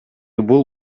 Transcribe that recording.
бул